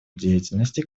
деятельности